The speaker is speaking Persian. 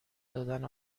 دادن